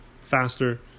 faster